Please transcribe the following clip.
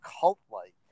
cult-like